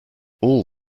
all